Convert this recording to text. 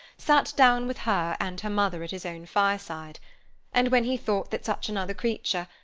sat down with her and her mother at his own fireside and when he thought that such another creature,